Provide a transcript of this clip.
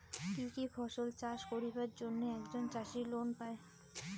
কি কি ফসল চাষ করিবার জন্যে একজন চাষী লোন পায়?